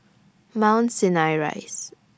Mount Sinai Rise